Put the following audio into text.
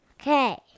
Okay